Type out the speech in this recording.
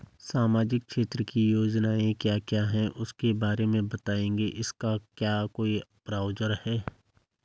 सामाजिक क्षेत्र की योजनाएँ क्या क्या हैं उसके बारे में बताएँगे इसका क्या कोई ब्राउज़र है?